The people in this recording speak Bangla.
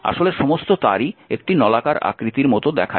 আসলে সমস্ত তারই একটি নলাকার আকৃতির মত দেখায়